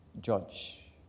judge